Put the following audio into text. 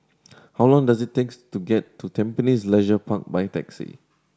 how long does it takes to get to Tampines Leisure Park by taxi